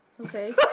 Okay